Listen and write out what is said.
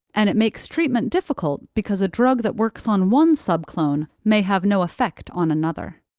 and it makes treatment difficult because a drug that works on one subclone may have no effect on another.